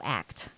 act